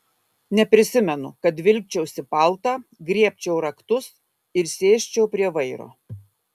neprisimenu kad vilkčiausi paltą griebčiau raktus ir sėsčiau prie vairo